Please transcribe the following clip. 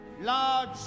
large